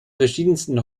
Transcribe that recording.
verschiedensten